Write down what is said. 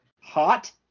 hot